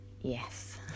Yes